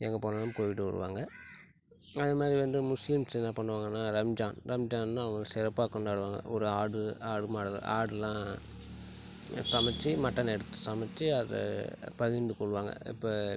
எங்கே போனாலும் போயிட்டு வருவாங்க அதேமாதிரி வந்து முஸ்லீம்ஸ் என்ன பண்ணுவாங்கன்னா ரம்ஜான் ரம்ஜான்னா அவங்க சிறப்பாக கொண்டாடுவாங்க ஒரு ஆடு ஆடு மாடுலாம் ஆடுலாம் சமச்சு மட்டன் எடுத்து சமச்சு அததை பகிர்ந்து கொள்வாங்கள் இப்போ